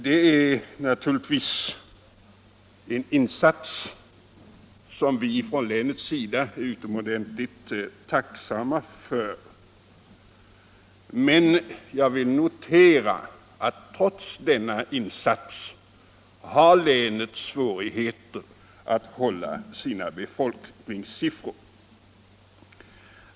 Det är naturligtvis en insats som vi från länets sida är utomordentligt tacksamma för, men jag vill notera att länet trots denna insats har svårt att hålla sina befolkningssiffror.